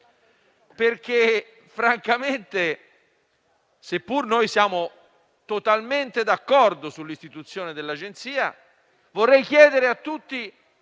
seppur siamo totalmente d'accordo sull'istituzione dell'Agenzia, vorrei chiedere a tutti